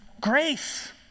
Grace